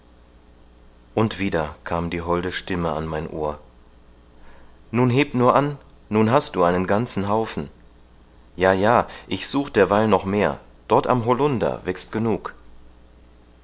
und wieder kam die holde stimme an mein ohr nun heb nur an nun hast du einen ganzen haufen ja ja ich such derweil noch mehr dort am holunder wächst genug